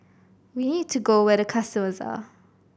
we need to go where the customers are